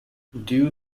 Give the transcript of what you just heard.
due